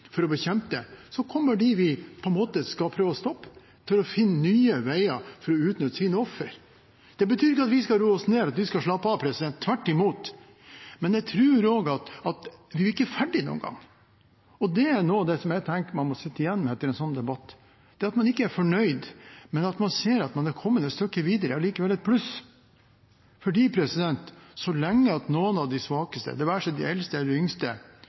for å bekjempe det, kommer de vi skal prøve å stoppe, til å finne nye veier for å utnytte sine ofre. Det betyr ikke at vi skal roe oss ned, og at vi skal slappe av – tvert imot. Men jeg tror at vi ikke blir ferdig noen gang. Det er noe av det jeg tenker man må sitte igjen med etter en sånn debatt – at man ikke er fornøyd, men at man ser at man er kommet et stykke videre, og det er allikevel et pluss, fordi så lenge noen av de svakeste, det være seg de eldste eller de yngste,